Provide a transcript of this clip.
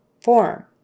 form